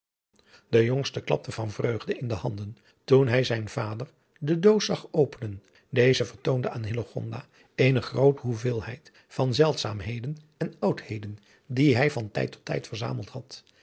de jongste klapte van vreugde in de handen toen hij zijn vader de doos zag openen deze vertoonde aan hillegonda eene groote hoeveelheid van zeldzaamheden en oudheden die hij van tijd tot tijd verzameld had